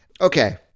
Okay